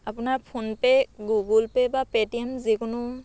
আপোনাৰ PhonePe' Google Pay বা Paytm যিকোনো